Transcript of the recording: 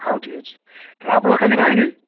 ହଉ ଠିକ୍ ଅଛି ତା'ହେଲେ ଆପଣ କାଲି ବାହାରିବି